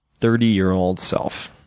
thirty year-old self,